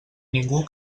ningú